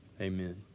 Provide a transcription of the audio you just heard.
Amen